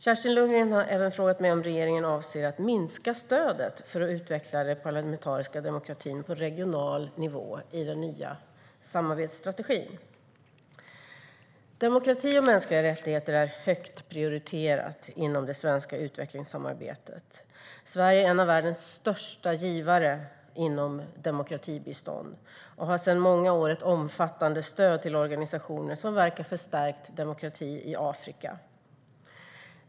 Kerstin Lundgren har även frågat mig om regeringen avser att minska stödet för att utveckla den parlamentariska demokratin på regional nivå i den nya samarbetsstrategin. Demokrati och mänskliga rättigheter är högt prioriterat inom det svenska utvecklingssamarbetet. Sverige är en av världens största givare inom demokratibistånd och har sedan många år ett omfattande stöd till organisationer som verkar för stärkt demokrati i Afrika.